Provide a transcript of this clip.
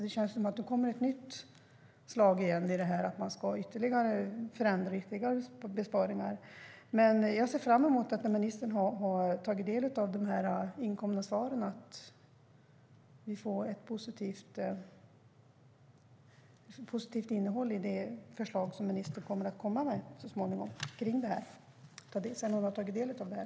Det känns som att det kommer ett nytt slag i och med det här - att man ska göra ytterligare besparingar. Men jag ser fram emot att vi, när ministern har tagit del av de inkomna svaren, får ett positivt innehåll i det förslag som ministern så småningom kommer att komma med kring det här.